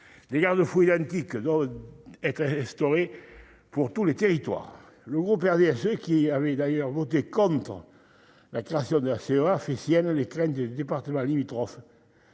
Des garde-fous identiques doivent être instaurés pour tous les territoires. Le groupe du RDSE, qui avait d'ailleurs voté contre la création de la CEA, fait siennes les craintes exprimées dans les départements limitrophes